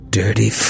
dirty